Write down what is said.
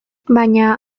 baina